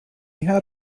had